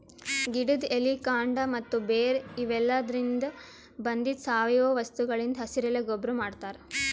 ಗಿಡದ್ ಎಲಿ ಕಾಂಡ ಮತ್ತ್ ಬೇರ್ ಇವೆಲಾದ್ರಿನ್ದ ಬಂದಿದ್ ಸಾವಯವ ವಸ್ತುಗಳಿಂದ್ ಹಸಿರೆಲೆ ಗೊಬ್ಬರ್ ಮಾಡ್ತಾರ್